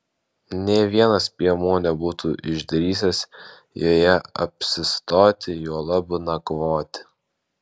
nė vienas piemuo nebūtų išdrįsęs joje apsistoti juolab nakvoti